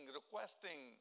requesting